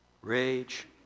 rage